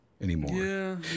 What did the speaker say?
anymore